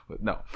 No